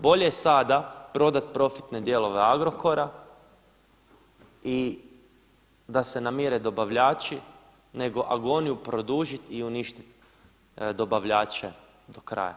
Bolje je sada prodati profitne dijelove Agrokora i da se namire dobavljači nego agoniju produžiti i uništiti dobavljače do kraja.